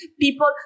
people